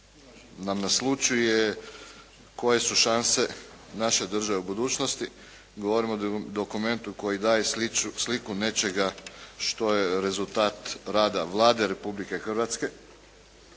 nam naslućuje koje su šanse naše države u budućnosti. Govorimo o dokumentu koji daje sliku nečega što je rezultat rada Vlade Republike Hrvatske